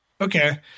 Okay